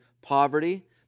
poverty